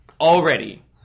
Already